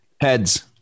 Heads